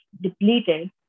depleted